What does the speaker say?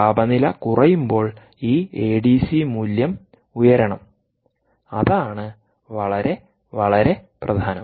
താപനില കുറയുമ്പോൾ ഈ എഡിസി മൂല്യം ഉയരണം അതാണ് വളരെ വളരെ പ്രധാനം